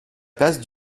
place